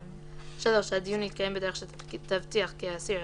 (3) הדיון יתקיים בדרך שתבטיח כי האסיר,